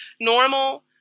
normal